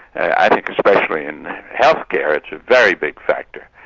i think especially in healthcare, it's a very big factor,